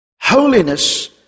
Holiness